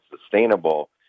sustainable